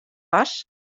was